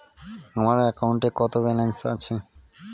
আমার অ্যাকাউন্টে কত ব্যালেন্স আছে?